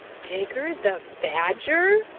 digger the badger!